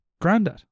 granddad